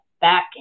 back